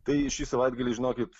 tai šį savaitgalį žinokit